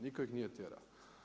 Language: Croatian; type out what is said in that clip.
Nitko ih nije tjerao.